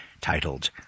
titled